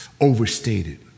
overstated